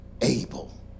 Abel